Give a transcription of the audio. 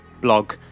blog